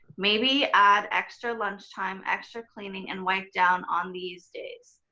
maybe add extra lunch time, extra cleaning, and wipe down on these days.